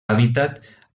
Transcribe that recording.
hàbitat